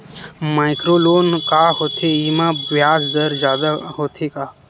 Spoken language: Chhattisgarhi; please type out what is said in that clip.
माइक्रो लोन का होथे येमा ब्याज दर जादा होथे का?